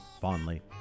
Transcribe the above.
fondly